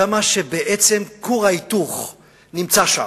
עד כמה כור ההיתוך הוא שם.